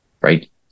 right